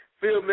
Phil